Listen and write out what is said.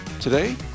Today